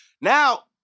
Now